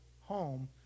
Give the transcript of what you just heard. home